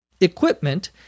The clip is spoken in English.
Equipment